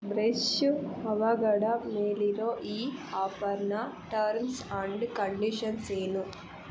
Fresho avocado ಮೇಲಿರೋ ಈ ಆಫರ್ನ ಟರ್ಮ್ಸ್ ಆಂಡ್ ಕಂಡೀಷನ್ಸ್ ಏನು